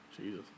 Jesus